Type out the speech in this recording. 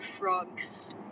frogs